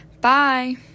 Bye